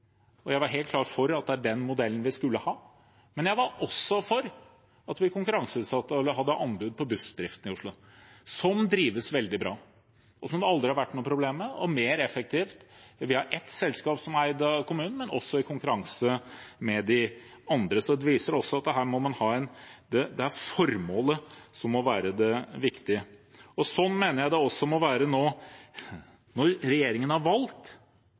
var den modellen vi skulle ha, men jeg var også for at vi konkurranseutsatte og hadde anbud på bussdriften i Oslo, som drives veldig bra, som det aldri har vært noen problemer med, og som er mer effektiv. Vi har et selskap som er eid av kommunen, men som også er i konkurranse med de andre. Det viser at det er formålet som må være det viktige. Slik mener jeg det også må være nå. Når regjeringen har valgt